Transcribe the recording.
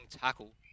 tackle